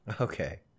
Okay